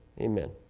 Amen